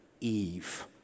Eve